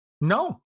no